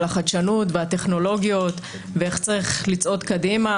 החדשנות והטכנולוגיות ואיך צריך לצעוד קדימה.